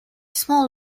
small